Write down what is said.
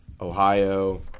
ohio